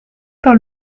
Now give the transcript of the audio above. par